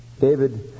David